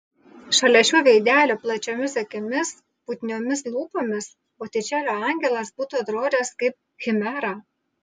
šalia šio veidelio plačiomis akimis putniomis lūpomis botičelio angelas būtų atrodęs kaip chimera